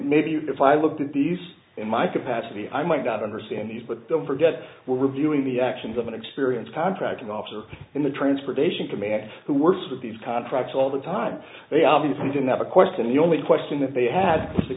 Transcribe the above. maybe if i looked at these in my capacity i might not understand these but we're reviewing the actions of an experienced contracting officer in the transportation command who works with these contracts all the time they obviously didn't have a course and the only question that they had the